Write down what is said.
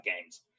games